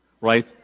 right